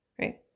right